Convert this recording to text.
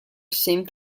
sempre